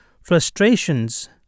frustrations